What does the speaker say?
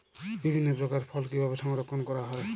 বিভিন্ন প্রকার ফল কিভাবে সংরক্ষণ করা হয়?